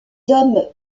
hommes